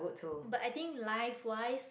but i think life wise